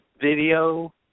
video